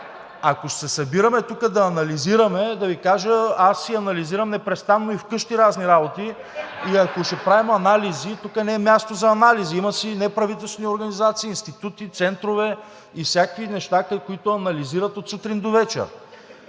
Ако ще се събираме тук да анализираме – да Ви кажа, аз си анализирам непрестанно и вкъщи разни работи (смях от ГЕРБ-СДС), и ако ще правим анализи, тук не е място за анализи. Има си неправителствени организации, институти, центрове и всякакви неща, които анализират от сутрин до вечер.